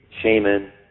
Shaman